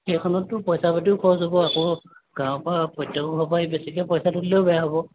সেইখনতটো পইচা পাতিও খৰচ হ'ব আকৌ গাঁৱৰ পৰা প্ৰত্যেকৰ ঘৰৰ পৰা বেছিকৈ পইচা তুলিলেও বেয়া হ'ব